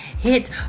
hit